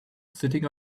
sitting